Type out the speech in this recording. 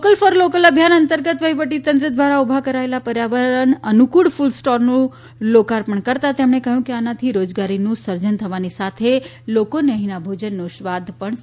vocal for local અભિયાન અંતર્ગત વહીવટીતંત્ર દ્વારા ઉભા કરાયેલા પર્યાવરણ અનુકૂળ ફડ સ્ટોલનું લોકાર્પણ કરતાં તેમણે કહ્યું કે આનાથી રોજગારીનું સર્જન થવાની સાથે લોકોને અહીંના ભોજનનો સ્વાદ પણ ચાખવા મળશે